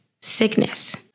sickness